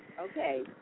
Okay